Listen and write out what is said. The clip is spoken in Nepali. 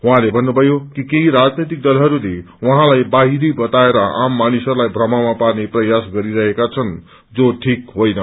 उहाँले भन्नुभयो कि केही राजनैतिक दलहरूले उहाँलाई बाहिरी बताएर आम मानिसहरूलाई भ्रममा पार्ने कोशिश प्रयास गरिरहेका छन् जो ठीक होईन